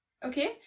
okay